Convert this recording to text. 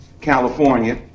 California